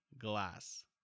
Glass